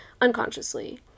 unconsciously